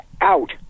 out